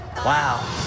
Wow